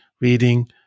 reading